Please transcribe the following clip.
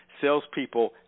Salespeople